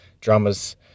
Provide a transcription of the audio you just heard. dramas